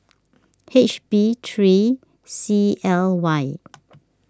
H B three C L Y